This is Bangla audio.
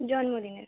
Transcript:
জন্মদিনের